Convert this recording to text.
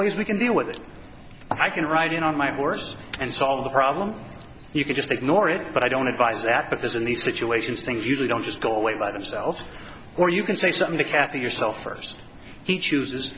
ways we can deal with it i can ride in on my horse and solve the problem you can just ignore it but i don't advise that but this in these situations things usually don't just go away by themselves or you can say something to kathy yourself first he chooses